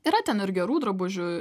yra ten ir gerų drabužių